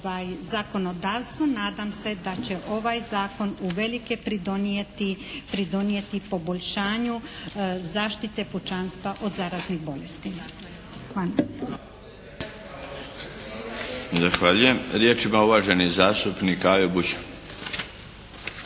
zakonodavstvo nadam se da će ovaj zakon uvelike pridonijeti poboljšanju zaštite pučanstva od zaraznih bolesti. Hvala.